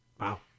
Wow